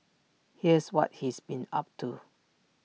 here's what he's been up to